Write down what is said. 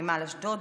נמל אשדוד,